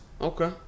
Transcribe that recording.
Okay